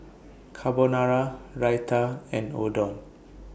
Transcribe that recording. Carbonara Raita and Oden